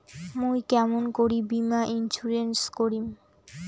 মুই কেমন করি বীমা ইন্সুরেন্স করিম?